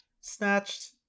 snatched